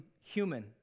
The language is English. human